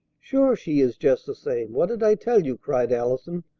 sure, she is just the same! what did i tell you? cried allison,